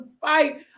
fight